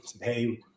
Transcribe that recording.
Hey